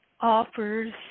offers